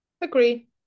Agree